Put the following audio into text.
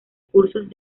cursos